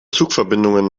zugverbindungen